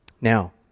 Now